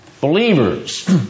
believers